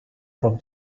from